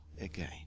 again